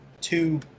two